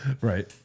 Right